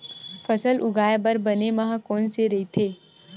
फसल उगाये बर बने माह कोन से राइथे?